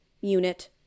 unit